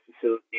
facility